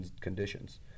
conditions